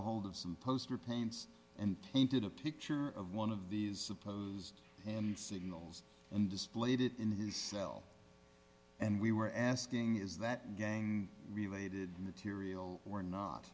ahold of some poster paints and painted a picture of one of these supposed and signals and displayed it in his cell and we were asking is that gang related material or not